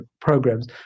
programs